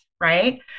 Right